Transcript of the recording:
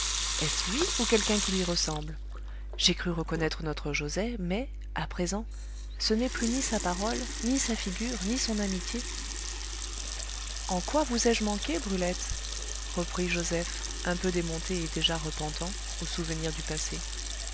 est-ce lui ou quelqu'un qui lui ressemble j'ai cru reconnaître notre joset mais à présent ce n'est plus ni sa parole ni sa figure ni son amitié en quoi vous ai-je manqué brulette reprit joseph un peu démonté et déjà repentant au souvenir du passé